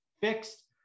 fixed